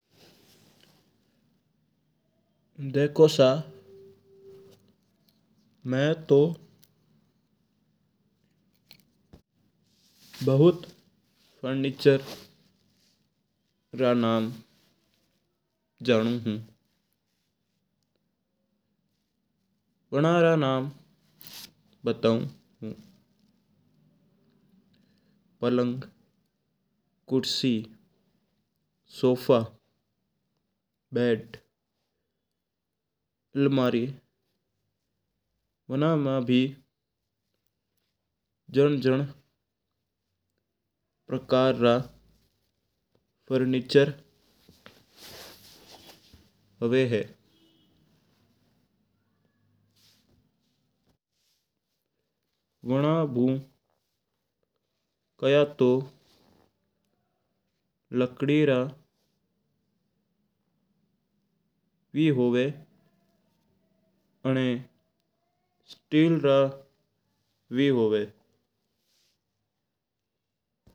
देखो सा हुकम मैं तू भौत फर्नीचर रा नाम जानू हू। वणा रा नाम बताऊं हू पलंग, कुर्सी, सोफा, बेड, अलमारी। जण-जण प्रकार का फर्नीचर हुआ है वणा मुँ काई तू लकड़ी का भी हुओ है और स्टील रा भी हुओ है।